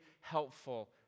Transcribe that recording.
helpful